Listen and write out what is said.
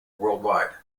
worldwide